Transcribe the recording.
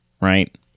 right